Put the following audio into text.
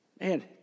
Man